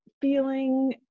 feeling